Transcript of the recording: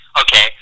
Okay